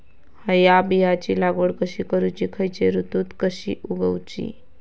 हया बियाची लागवड कशी करूची खैयच्य ऋतुत कशी उगउची?